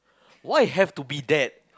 why have to be that